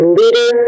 leader